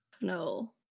No